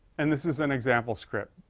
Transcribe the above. and this is an example script.